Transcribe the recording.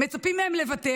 מצפים מהם לוותר,